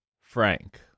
Frank